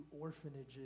orphanages